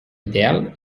ideal